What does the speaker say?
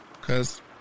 Cause